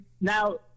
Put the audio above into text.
Now –